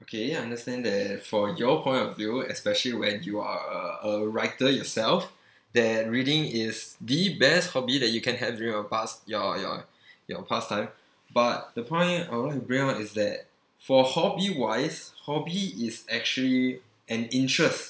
okay I understand that for your point of view especially when you are uh a writer yourself that reading is the best hobby that you can have during your past your your your pastime but the point I want to bring out is that for hobby wise hobby is actually an interest